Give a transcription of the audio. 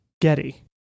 Getty